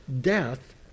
death